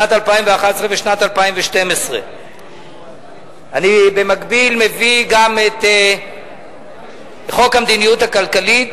שנת 2011 ושנת 2012. אני במקביל מביא גם את חוק המדיניות הכלכלית,